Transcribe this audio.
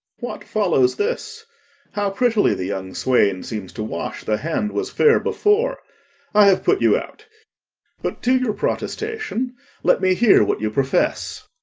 what follows this how prettily the young swain seems to wash the hand was fair before i have put you out but to your protestation let me hear what you profess.